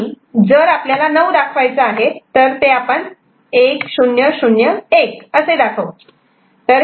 आणि जर आपल्याला 9 दाखवायचा आहे तर ते आपण 1001 असे दाखवू